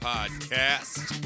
Podcast